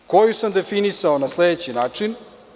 Koju sam definisao na sledeći način.